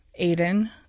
Aiden